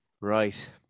Right